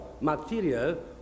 material